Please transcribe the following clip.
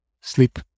sleep